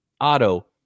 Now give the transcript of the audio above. Auto